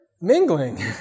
mingling